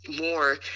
more